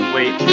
Wait